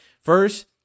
first